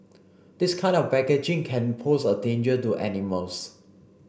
this kind of packaging can pose a danger to animals